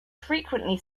frequently